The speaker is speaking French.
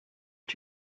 est